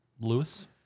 Lewis